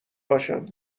باشم